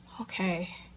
Okay